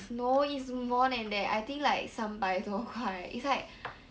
no it's more than that I think like 三百多块 it's like